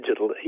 digitally